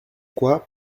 quoi